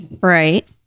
Right